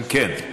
אם כן,